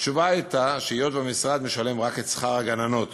התשובה הייתה שהיות שהמשרד משלם רק את שכר הגננות